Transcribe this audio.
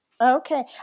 Okay